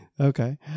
Okay